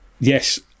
Yes